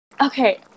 okay